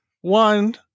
One